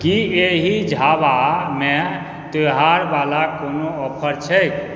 की एहि झाबामे त्यौहारवला कोनो ऑफर छैक